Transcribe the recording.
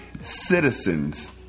citizens